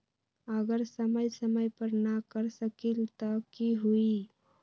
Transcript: अगर समय समय पर न कर सकील त कि हुई?